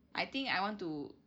I think I want to